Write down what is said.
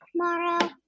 tomorrow